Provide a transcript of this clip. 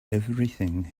everything